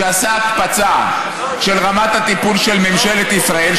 שעשה הקפצה של רמת הטיפול של ממשלת ישראל,